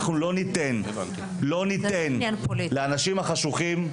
אנחנו לא ניתן לאנשים החשוכים,